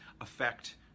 affect